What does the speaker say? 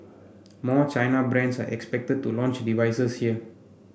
more China brands are expected to launch devices here